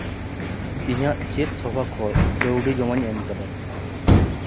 ᱤᱧᱟᱹᱜ ᱪᱮᱫ ᱥᱚᱵᱷᱟ ᱠᱷᱚᱡ ᱠᱟᱹᱣᱰᱤ ᱡᱚᱢᱟᱧ ᱮᱢ ᱠᱟᱫᱟ